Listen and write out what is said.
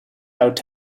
taught